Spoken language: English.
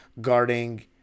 guarding